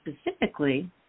specifically